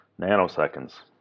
nanoseconds